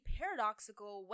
paradoxical